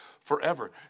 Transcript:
forever